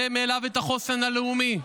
ומאליו את החוסן הלאומי,